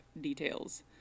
details